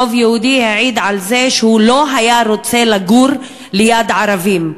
שרוב יהודי העיד שהוא לא היה רוצה לגור ליד ערבים.